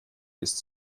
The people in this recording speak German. ist